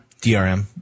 DRM